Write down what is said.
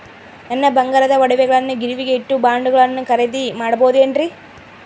ನನ್ನ ಬಂಗಾರದ ಒಡವೆಗಳನ್ನ ಗಿರಿವಿಗೆ ಇಟ್ಟು ಬಾಂಡುಗಳನ್ನ ಖರೇದಿ ಮಾಡಬಹುದೇನ್ರಿ?